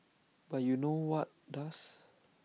but you know what does